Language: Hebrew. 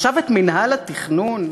ועכשיו את מינהל התכנון?